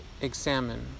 examine